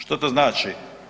Što to znači?